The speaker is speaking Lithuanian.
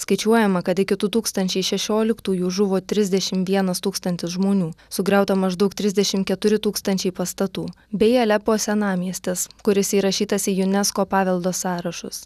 skaičiuojama kad iki du tūkstančiai šešioliktųjų žuvo trisdešim vienas tūkstantis žmonių sugriauta maždaug trisdešim keturi tūkstančiai pastatų bei alepo senamiestis kuris įrašytas į junesko paveldo sąrašus